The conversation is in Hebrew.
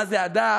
מה זה הדר.